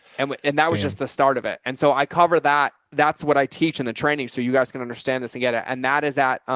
and, and that was just the start of it. and so i cover that. that's what i teach in the training. so you guys can understand this and get it. and that is that,